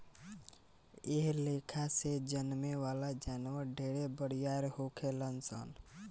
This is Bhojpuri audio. एह लेखा से जन्में वाला जानवर ढेरे बरियार होखेलन सन